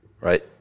Right